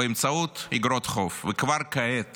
באמצעות אגרות חוב, וכבר כעת